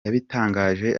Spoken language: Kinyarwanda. yabitangaje